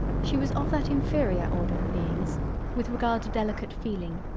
she was of that inferior order of beings with regard to delicate feeling,